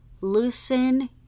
loosen